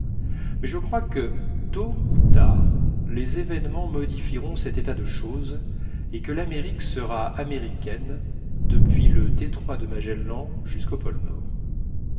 mais je crois que tôt ou tard les événements modifieront cet état de choses et que l'amérique sera américaine depuis le détroit de magellan jusqu'au pôle nord